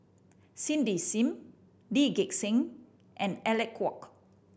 Cindy Sim Lee Gek Seng and Alec Kuok